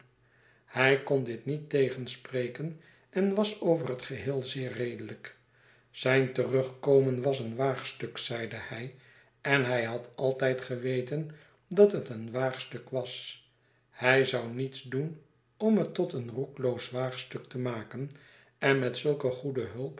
hij kon dit niet tegenspreken en was over het geheel zeer redelijk zijn terugkomen was een waagstuk zeide hij en hij had altijd geweten dat het een waagstuk was hij zou niets doen om het tot een roekeloos waagstuk te maken en met zulke goede hulp